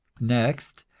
next,